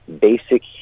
basic